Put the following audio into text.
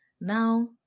Now